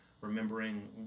remembering